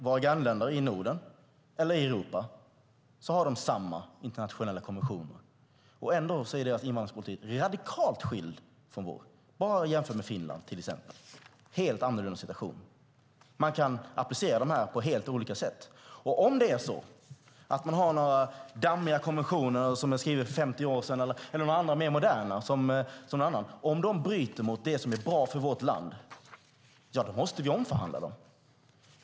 Våra grannländer i Norden och Europa har samma internationella konventioner som vi. Ändå är deras invandringspolitik radikalt skild från vår. Det är till exempel bara att jämföra med Finland, som har en helt annorlunda situation. Man kan applicera detta på helt olika sätt. Och om det är så att några dammiga konventioner som är skrivna för 50 år sedan eller några andra mer moderna bryter mot det som är bra för vårt land, då måste vi omförhandla dem.